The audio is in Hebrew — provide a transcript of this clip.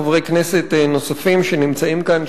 חברי כנסת נוספים שנמצאים כאן,